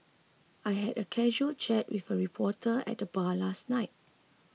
I had a casual chat with a reporter at the bar last night